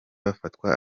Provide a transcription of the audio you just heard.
bafatwa